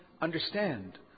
understand